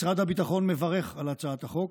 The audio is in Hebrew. משרד הביטחון מברך על הצעת החוק